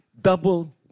double